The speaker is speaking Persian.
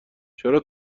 چرا